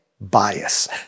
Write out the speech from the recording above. bias